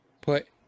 put